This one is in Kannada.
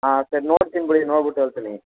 ಹಾಂ ಸರಿ ನೋಡ್ತಿನಿ ಬಿಡಿ ನೋಡ್ಬುಟ್ಟು ಹೇಳ್ತಿನಿ